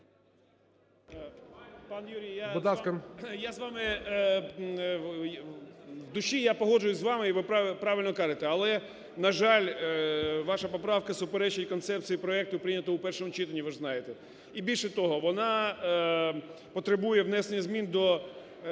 Пан Юрій! Я з вами, в душі, я погоджуюсь з вами і ви правильно кажете, але, на жаль, ваша поправка суперечить концепції проекту прийнятого у першому читанні, ви ж знаєте. І більше того, вона потребує внесення змін до